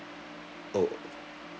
oh